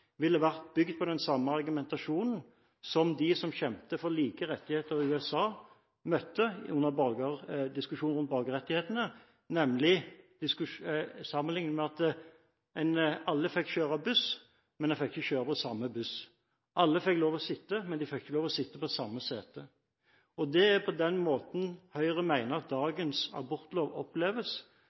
ville vært bygd på den samme argumentasjonen som de som kjempet for like retter i USA, møtte under diskusjonen om borgerrettighetene, nemlig at alle fikk kjøre buss, men de fikk ikke kjøre med samme buss. Alle fikk lov til å sitte, men de fikk ikke lov til å sitte på samme sete. Det er på den måten Høyre mener at dagens abortlov oppleves